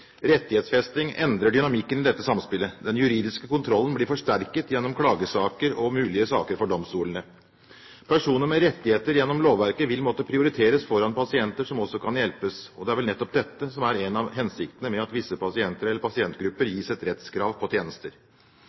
Rettighetsfesting endrer dynamikken i dette samspillet. Den juridiske kontrollen blir forsterket gjennom klagesaker og mulige saker for domstolene. Personer med rettigheter gjennom lovverket vil måtte prioriteres foran pasienter som også kan hjelpes, og det er vel nettopp dette som er en av hensiktene med at visse pasienter eller pasientgrupper gis et rettskrav på tjenester.